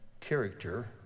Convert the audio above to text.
character